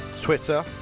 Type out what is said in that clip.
Twitter